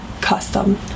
custom